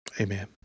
Amen